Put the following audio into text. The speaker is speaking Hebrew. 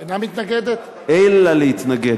אתה מסכים שזה